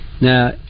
Now